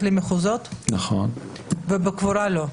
למחוזות ובקבורה לא.